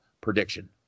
prediction